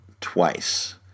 twice